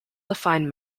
defined